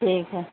ٹھیک ہے